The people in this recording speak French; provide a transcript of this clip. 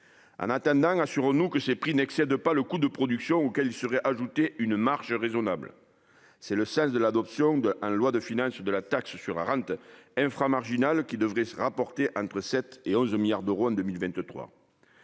En attendant, assurons-nous que ces prix n'excèdent pas le coût de production auquel il serait ajouté une « marge raisonnable ». C'est le sens de l'adoption en loi de finances de la taxe sur la rente inframarginale, qui devrait rapporter entre 7 milliards d'euros et 11